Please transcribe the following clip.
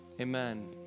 Amen